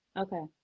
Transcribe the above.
Okay